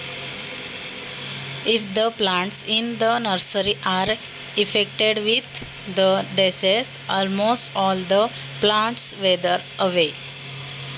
रोपवाटिकेतील रोपांना रोगाचा प्रादुर्भाव झाल्यास जवळपास सर्व रोपे सुकून जातात का?